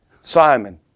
Simon